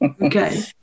Okay